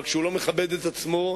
אבל כשהוא לא מכבד את עצמו,